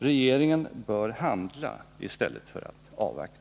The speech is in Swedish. Regeringen bör handla i stället för att avvakta.